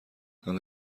حالا